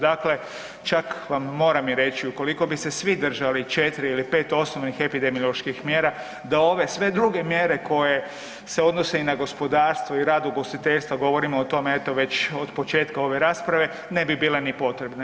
Dakle, čak vam moram i reći, ukoliko bi se svi držali 4 ili osnovnih epidemioloških mjera, da ove sve druge mjere koje se odnose i na gospodarstvo i rad ugostiteljstva, govorim o tome eto već od početka ove rasprave, ne bi bile ni potrebne.